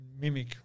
Mimic